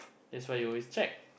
that's why you always check